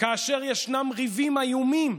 כאשר ישנם ריבים איומים,